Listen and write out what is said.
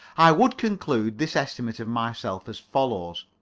i would conclude this estimate of myself as follows.